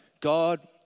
God